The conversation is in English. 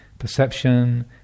Perception